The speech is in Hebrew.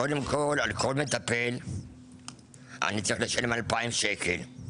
קודם כל על כל מטפל אני צריך לשלם 2,000 שקלים,